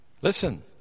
Listen